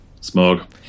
Smog